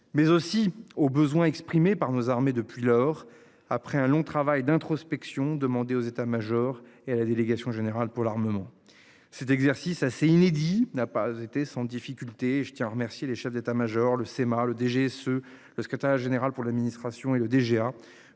mais aussi aux besoins exprimés par nos armées depuis lors. Après un long travail d'introspection demander aux états majors et à la délégation générale pour l'armement. Cet exercice assez inédit n'a pas été sans difficulté. Je tiens à remercier les chefs d'État-Major le CEMA le DG se parce que as général pour l'administration et le DGA